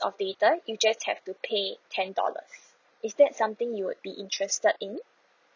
of data you just have to pay ten dollars is that something you would be interested in